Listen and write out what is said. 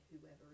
whoever